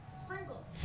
Sprinkle